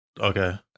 okay